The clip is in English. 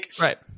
right